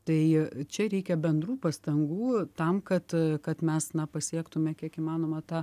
tai čia reikia bendrų pastangų tam kad kad mes na pasiektume kiek įmanoma tą